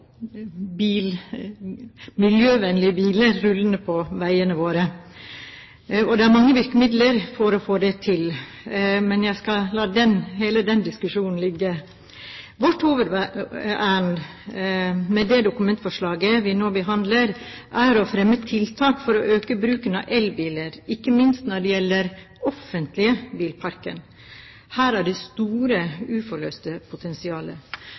miljøvennlige biler rullende på veiene våre. Det er mange virkemidler for å få det til, men jeg skal la hele den diskusjonen ligge. Vårt hovedærend med det dokumentforslaget vi nå behandler, er å fremme tiltak for å øke bruken av elbiler, ikke minst når det gjelder den offentlige bilparken. Her er det